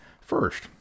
First